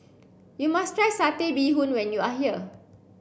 you must try satay bee hoon when you are here